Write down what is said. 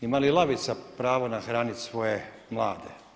Ima li lavica pravo nahraniti svoje mlade?